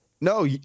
No